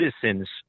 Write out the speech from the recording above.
citizens